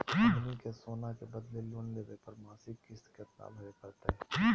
हमनी के सोना के बदले लोन लेवे पर मासिक किस्त केतना भरै परतही हे?